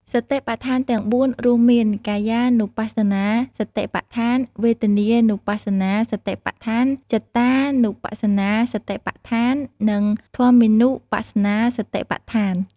សតិប្បដ្ឋានទាំង ៤ រួមមាន កាយានុបស្សនាសតិប្បដ្ឋាន វេទនានុបស្សនាសតិប្បដ្ឋាន ចិត្តានុបស្សនាសតិប្បដ្ឋាន និងធម្មមានុបស្សនាសតិប្បដ្ឋាន។